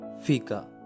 Fika